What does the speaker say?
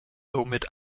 somit